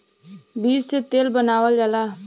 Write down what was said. बीज से तेल बनावल जाला